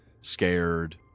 scared